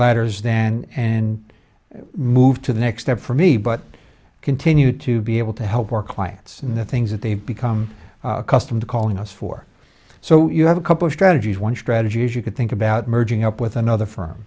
ladders then and move to the next step for me but continue to be able to help our clients in the things that they've become accustomed to calling us for so you have a couple of strategies one strategy is you could think about merging up with another f